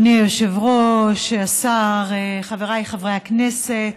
אדוני היושב-ראש, השר, חבריי חברי הכנסת,